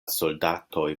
soldatoj